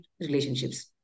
relationships